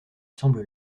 semble